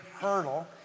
hurdle